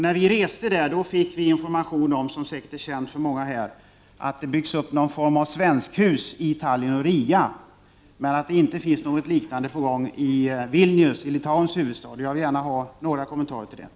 När vi reste där fick vi information om, vilket är känt för många här, att det byggs upp någon form av svenskhus i Tallinn och i Riga, men att det inte är något liknande på gång i Vilnius, Litauens huvudstad. Jag vill gärna ha några kommentarer till det.